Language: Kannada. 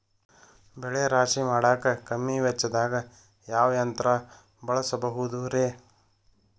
ಬೆಳೆ ರಾಶಿ ಮಾಡಾಕ ಕಮ್ಮಿ ವೆಚ್ಚದಾಗ ಯಾವ ಯಂತ್ರ ಬಳಸಬಹುದುರೇ?